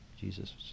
Jesus